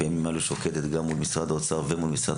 ובימים אלה את שוקדת מול משרד האוצר ומשרד